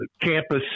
campus